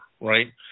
right